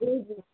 जी जी